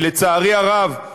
לצערי הרב,